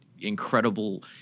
incredible